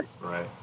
Right